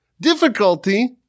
difficulty